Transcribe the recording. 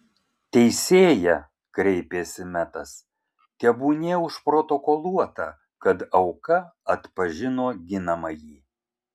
teisėja kreipėsi metas tebūnie užprotokoluota kad auka atpažino ginamąjį